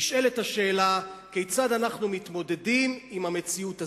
נשאלת השאלה כיצד אנחנו מתמודדים עם המציאות הזאת.